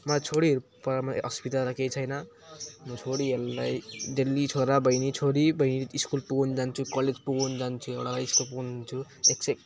मलाई छोरीहरू पढाउन असुविधा त केही छैन छोरीहरूलाई डेली छोरा बहिनी छोरी बहिनी स्कुल पुगाउन जान्छु कलेज पुगाउन जान्छु एउटालाई स्कुल पुगाउन जान्छु एक सय